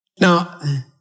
Now